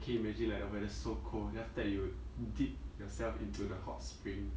can you imagine like the weather so cold then after that you dip yourself into the hot spring